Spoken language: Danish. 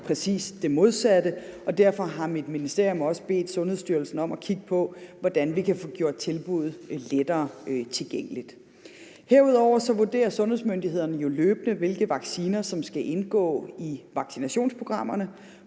være præcis det modsatte, og derfor har mit ministerium også bedt Sundhedsstyrelsen om at kigge på, hvordan vi kan få gjort tilbuddet lettere tilgængeligt. Herudover vurderer sundhedsmyndighederne jo løbende, hvilke vacciner som skal indgå i vaccinationsprogrammerne.